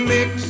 Mix